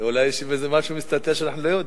אולי יש איזה משהו מסתתר, שאנחנו לא יודעים.